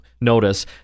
notice